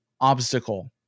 obstacle